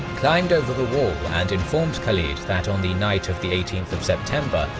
climbed over the wall and informed khalid that on the night of the eighteenth of september,